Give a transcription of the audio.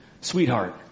sweetheart